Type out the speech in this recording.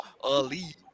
Ali